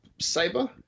saber